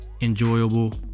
enjoyable